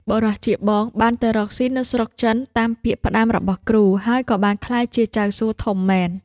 បុរសជាបងបានទៅរកស៊ីនៅស្រុកចិនតាមពាក្យផ្ដាំរបស់គ្រូ ហើយក៏បានក្លាយជាចៅសួធំមែន។